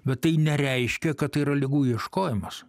bet tai nereiškia kad tai yra ligų ieškojimas